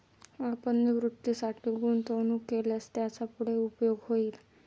आपण निवृत्तीसाठी गुंतवणूक केल्यास त्याचा पुढे उपयोग होईल